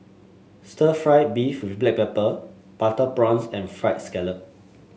Stir Fried Beef with Black Pepper Butter Prawns and fried scallop